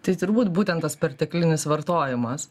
tai turbūt būtent tas perteklinis vartojimas